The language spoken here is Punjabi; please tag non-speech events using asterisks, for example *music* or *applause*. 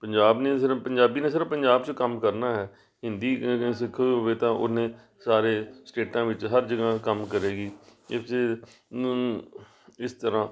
ਪੰਜਾਬ ਨੇ ਸਿਰਫ਼ ਪੰਜਾਬੀ ਨੇ ਸਿਰਫ਼ ਪੰਜਾਬ 'ਚ ਕੰਮ ਕਰਨਾ ਹੈ ਹਿੰਦੀ ਸਿੱਖੀ ਹੋਈ ਹੋਵੇ ਤਾਂ ਉਹਨੇ ਸਾਰੇ ਸਟੇਟਾਂ ਵਿੱਚ ਹਰ ਜਗ੍ਹਾ ਕੰਮ ਕਰੇਗੀ *unintelligible* ਇਸ ਤਰ੍ਹਾਂ